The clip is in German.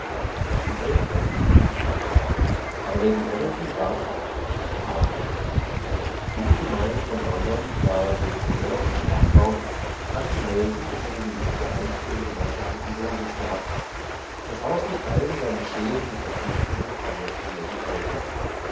die welt war nicht tugendhafter aber lady hamilton war arm geworden wenige meilen von london nahe dem merton schlagbaum hatten nelson und seine geliebte einst ihren gemeinschaftlichen wohnsitz gehabt das haus mit allen seinen schulden und verpflichtungen kam jetzt an lady hamilton